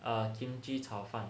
err kimchi 炒饭